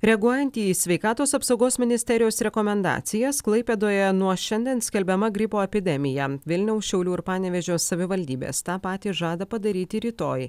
reaguojant į sveikatos apsaugos ministerijos rekomendacijas klaipėdoje nuo šiandien skelbiama gripo epidemija vilniaus šiaulių ir panevėžio savivaldybės tą patį žada padaryti rytoj